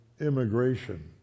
immigration